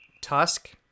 Tusk